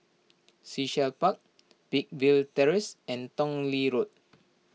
Sea Shell Park Peakville Terrace and Tong Lee Road